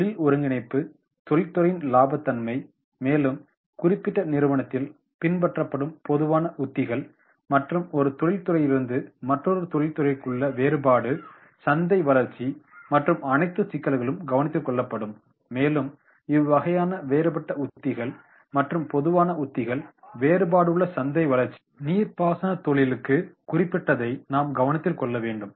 தொழில் ஒருங்கிணைப்பு தொழில்துறையின் இலாபத்தன்மை மேலும் குறிப்பிட்ட நிறுவனத்தில் பின்பற்றப்படும் பொதுவான உத்திகள் மற்றும் ஒரு தொழிற்துறையிலிருந்து மற்றொரு தொழித்துறைக்குள்ள வேறுபாடு சந்தை வளர்ச்சி மற்றும் அனைத்து சிக்கல்களும் கவனத்தில் கொள்ளப்படும் மேலும் இவ்வைகையான வேறுபட்ட உத்திகள் மற்றும் பொதுவான உத்திகள் வேறுபாடுள்ள சந்தை வளர்ச்சி நீர்ப்பாசனத் தொழிலுக்கு குறிப்பிட்டதை நாம் கவனத்தில் கொள்ள வேண்டும்